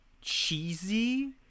cheesy